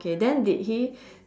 okay then did he